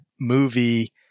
movie